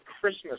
Christmas